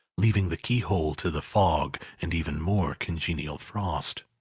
leaving the keyhole to the fog and even more congenial frost.